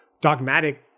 dogmatic